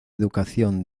educación